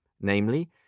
namely